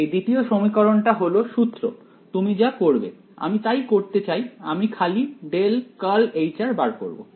এই দ্বিতীয় সমীকরণটা হলো সূত্র তুমি যা করবে আমি তাই করতে চাই আমি খালি বার করব